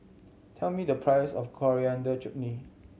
tell me the price of Coriander Chutney